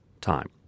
time